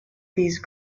these